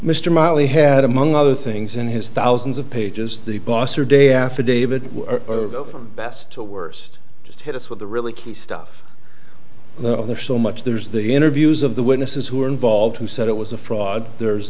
mr molly had among other things in his thousands of pages the boss or day affidavit from best to worst just hit us with the really key stuff the so much there's the interviews of the witnesses who were involved who said it was a fraud there's